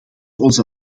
onze